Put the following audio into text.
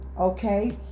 Okay